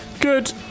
Good